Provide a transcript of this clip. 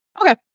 Okay